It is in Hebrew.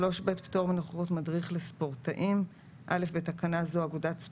פטור מנוכחות מדריך לספורטאים 3ב. (א) בתקנה זו "אגודת ספורט",